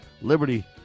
liberty